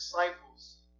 disciples